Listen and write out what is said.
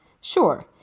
Sure